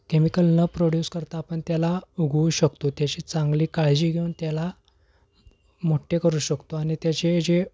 chemical न produce करता पण त्याला उगवू शकतो त्याची चांगली काळजी घेऊन त्याला मोठ्ठे करू शकतो आणि त्याचे जे